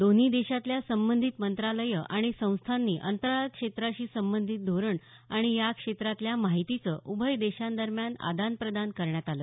दोन्ही देशातल्या संबंधित मंत्रालयं आणि संस्थांनी अंतराळ क्षेत्राशी संबंधीत धोरण आणि या क्षेत्रातल्या माहितीचं उभय देशांदरम्यान आदान प्रदान करण्यात आलं